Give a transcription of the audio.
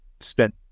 spent